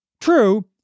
True